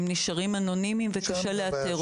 הם נשארים אנונימיים וקשה לאתר אותם.